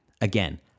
Again